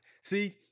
see